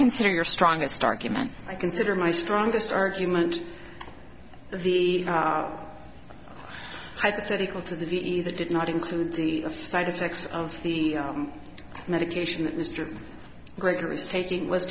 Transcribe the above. consider your strongest argument i consider my strongest argument the hypothetical to that either did not include the side effects of the medication that mr gregory was taking was